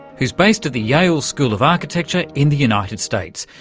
who's based at the yale school of architecture in the united states.